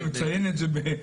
אתה מציין את זה בחודשים.